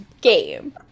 game